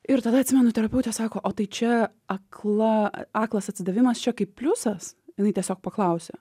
ir tada atsimenu terapeutė sako o tai čia akla aklas atsidavimas čia kaip pliusas jinai tiesiog paklausė